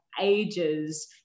ages